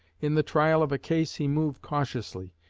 in the trial of a case he moved cautiously.